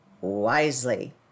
wisely